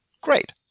Great